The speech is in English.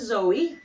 Zoe